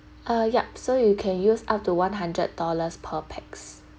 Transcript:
uh yup so you can use up to one hundred dollars per pax